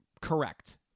Correct